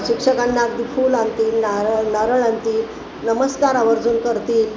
शिक्षकांना अगदी फूल आणतील नारळ नारळ आणतील नमस्कार आवर्जून करतील